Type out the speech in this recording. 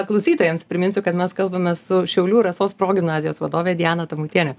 klausytojams priminsiu kad mes kalbame su šiaulių rasos progimnazijos vadove diana tamutiene